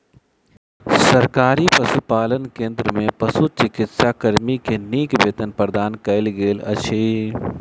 सरकारी पशुपालन केंद्र में पशुचिकित्सा कर्मी के नीक वेतन प्रदान कयल गेल अछि